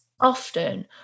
Often